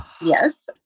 yes